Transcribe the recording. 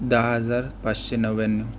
दहा हजार पाचशे नव्याण्णव